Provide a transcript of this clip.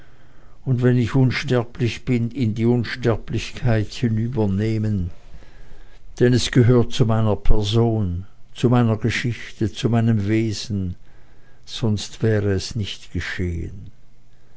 und wenn ich unsterblich bin in die unsterblichkeit hinübernehmen denn es gehört zu meiner person zu meiner geschichte zu meinem wesen sonst wäre es nicht geschehen